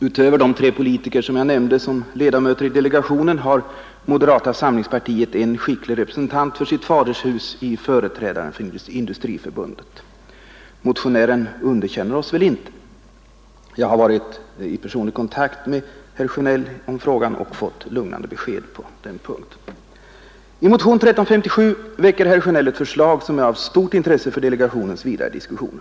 Utöver de tre politiker som jag nämnde, som är ledamöter i delegationen, har moderata samlingspartiet en skicklig representant för sitt fadershus i företrädaren för Industriförbundet. Motionärerna underkänner oss väl inte? Jag har varit i personlig kontakt med herr Sjönell i frågan och fått lungnande besked på den punkten. I motionen 1357 framlägger herr Sjönell m.fl. ett förslag som är av stort intresse för delegationens vidare diskussioner.